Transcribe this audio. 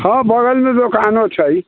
हँ बगलमे दोकानो छै